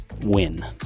win